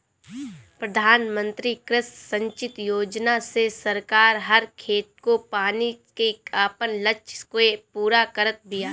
प्रधानमंत्री कृषि संचित योजना से सरकार हर खेत को पानी के आपन लक्ष्य के पूरा करत बिया